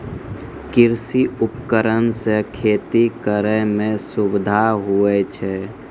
कृषि उपकरण से खेती करै मे सुबिधा हुवै छै